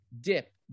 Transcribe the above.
dip